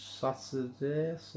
Saturday